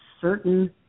certain